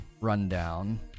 rundown